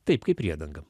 taip kaip priedangą